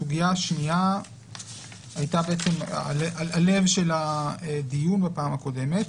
הסוגייה השנייה הייתה הלב של דיון בפעם הקודמת,